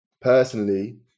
Personally